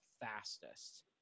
fastest